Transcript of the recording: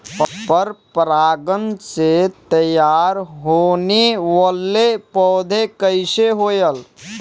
पर परागण से तेयार होने वले पौधे कइसे होएल?